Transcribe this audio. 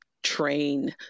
train